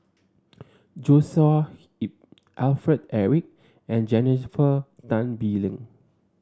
Joshua Ip Alfred Eric and Jennifer Tan Bee Leng